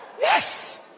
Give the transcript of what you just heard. Yes